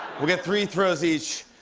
we'll get three throws each.